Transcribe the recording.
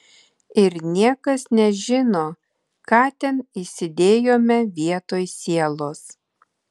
ir niekas nežino ką ten įsidėjome vietoj sielos